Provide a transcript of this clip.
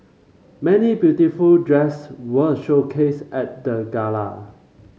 many beautiful dress were showcased at the gala